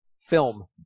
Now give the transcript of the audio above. Film